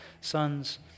sons